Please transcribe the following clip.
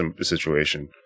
situation